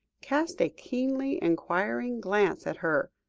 cast a keenly enquiring glance at her,